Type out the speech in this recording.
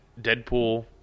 Deadpool